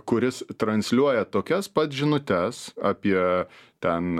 kuris transliuoja tokias pats žinutes apie ten